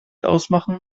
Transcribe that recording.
ausmachen